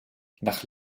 nach